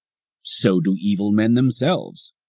so do evil men themselves,